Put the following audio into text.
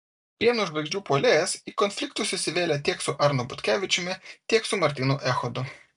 pieno žvaigždžių puolėjas į konfliktus įsivėlė tiek su arnu butkevičiumi tiek su martynu echodu